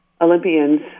Olympians